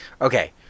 Okay